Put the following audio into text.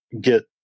get